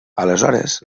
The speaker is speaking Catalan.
aleshores